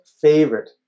favorite